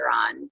on